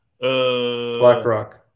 BlackRock